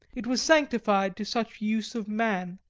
it was sanctified to such use of man,